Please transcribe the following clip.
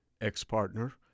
ex-partner